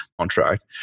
contract